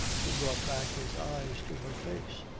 he brought back his eyes to her face.